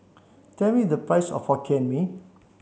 tell me the price of Hokkien Mee